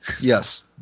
Yes